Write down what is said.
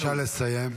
בבקשה לסיים.